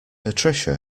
patricia